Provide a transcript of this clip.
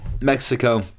Mexico